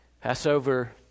Passover